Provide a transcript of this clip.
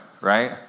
right